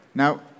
Now